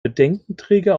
bedenkenträger